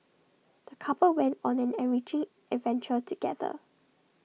the couple went on an enriching adventure together